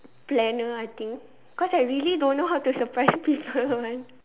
planner I think cause I really don't know how to surprise people one